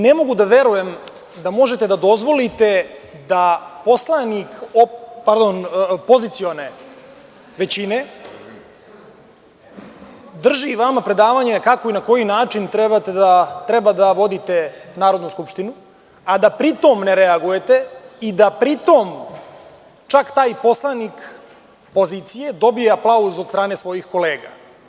Ne mogu da verujem da možete da dozvolite da poslanik pozicione većine drži vama predavanje kako i na koji način treba da vodite Narodnu skupštinu, a da pri tom ne reagujete i da pri tom čak taj poslanik pozicije dobije aplauz od strane svojih kolega.